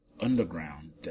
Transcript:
underground